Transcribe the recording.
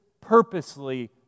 purposely